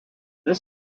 this